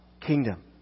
kingdom